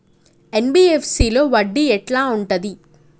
NBFC లో వడ్డీ ఎట్లా ఉంటది?